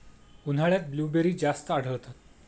उन्हाळ्यात ब्लूबेरी जास्त आढळतात